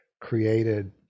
created